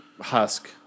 Husk